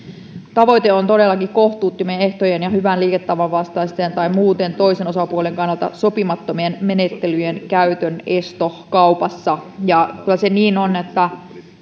tavoite on todellakin kohtuuttomien ehtojen ja hyvän liiketavan vastaisten tai muuten toisen osapuolen kannalta sopimattomien menettelyjen käytön esto kaupassa ja kyllä se niin on että